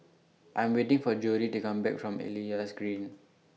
I'm waiting For Jodi to Come Back from Elias Green